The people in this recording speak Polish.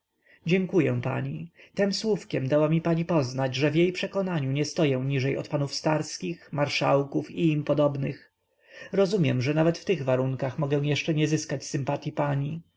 dziękuję pani tem słówkiem dała mi pani poznać że w jej przekonaniu nie stoję niżej od panów starskich marszałków i im podobnych rozumiem że nawet w tych warunkach mogę jeszcze nie zyskać sympatyi pani